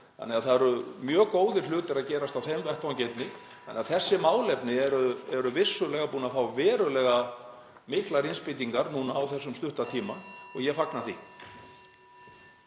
Þannig að það eru mjög góðir hlutir að gerast á þeim vettvangi einnig. (Forseti hringir.) Þessi málefni eru því vissulega búin að fá verulega miklar innspýtingar núna á þessum stutta tíma og ég fagna því.